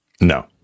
No